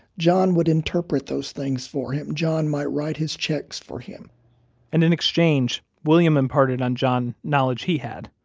john would interpret those things for him. john might write his checks for him and in exchange, william imparted on john knowledge he had.